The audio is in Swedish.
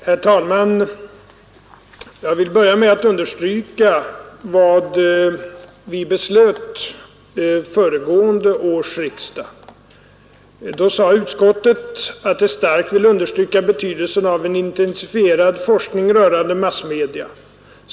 Herr talman! Jag vill börja med att understryka vad vi beslöt under föregående års riksdag. Då sade utskottet att det starkt ville ”understryka betydelsen av en intensifierad forskning rörande massmedia.